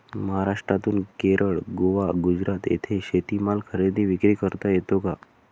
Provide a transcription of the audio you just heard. महाराष्ट्रातून केरळ, गोवा, गुजरात येथे शेतीमाल खरेदी विक्री करता येतो का?